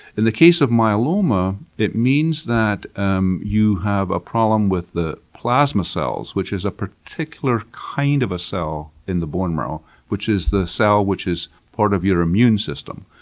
in the case of myeloma, it means that um you have a problem with the plasma cells, cells, which is a particular kind of a cell in the bone marrow, which is the cell which is part of your immune system.